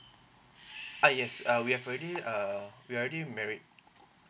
uh yes uh we have already uh we already married